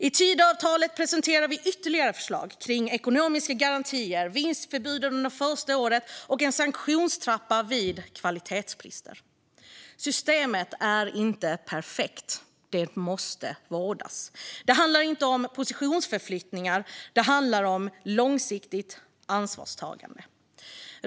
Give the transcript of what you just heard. I Tidöavtalet presenterar vi ytterligare förslag om ekonomiska garantier, vinstförbud under första året och en sanktionstrappa vid kvalitetsbrister. Systemet är inte perfekt utan måste vårdas, och det handlar inte om positionsförflyttningar utan om långsiktigt ansvarstagande.